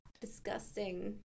disgusting